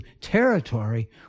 territory